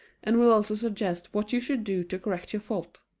and will also suggest what you should do to correct your fault.